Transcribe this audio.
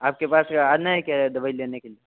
आपके पास आना है क्या दवाई लेने के लिए